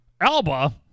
Alba